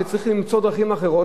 שצריך למצוא דרכים אחרות,